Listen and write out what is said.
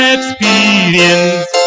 Experience